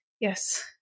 Yes